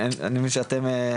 אני מבין שאתם,